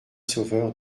sauveur